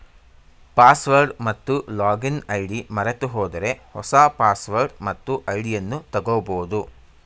password ಮತ್ತು login ID ಮರೆತುಹೋದರೆ ಹೊಸ ಪಾಸ್ವರ್ಡ್ ಮತ್ತು ಐಡಿಯನ್ನು ತಗೋಬೋದು